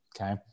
okay